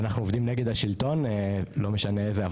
אנחנו עובדים נגד השלטון לא משנה איזה,